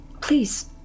Please